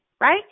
right